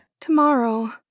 Tomorrow